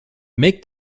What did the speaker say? make